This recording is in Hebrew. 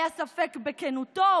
היה ספק בכנותו?